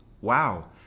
wow